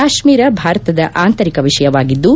ಕಾತ್ನೀರ ಭಾರತದ ಆಂತರಿಕ ವಿಷಯವಾಗಿದ್ದು